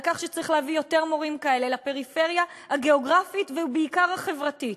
על כך שצריך להביא יותר מורים כאלה לפריפריה הגיאוגרפית ובעיקר החברתית.